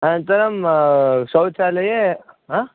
अनन्तरं शौचालये अ